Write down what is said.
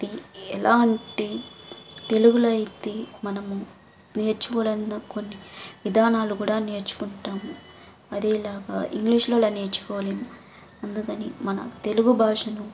అది ఎలాంటి తెలుగులో అయితే మనము నేర్చుకోవాలన్న కొన్ని విధానాలు కూడా నేర్చుకుంటాము అదేలాగా ఇంగ్లీష్లో అలా నేర్చుకోలేము అందుకని మన తెలుగు భాషను